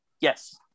Yes